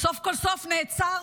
סוף כל סוף נעצר